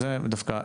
זה דווקא,